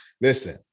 listen